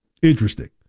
Interesting